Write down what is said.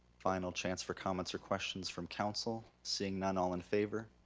final chance for comments or questions from council. seeing none, all in favor.